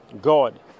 God